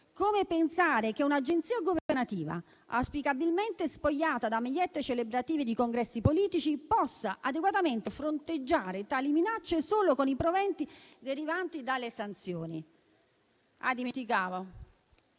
può pensare che un'agenzia governativa, auspicabilmente spogliata da magliette celebrative di congressi politici, possa adeguatamente fronteggiare tali minacce solo con i proventi derivanti dalle sanzioni? Ah, dimenticavo: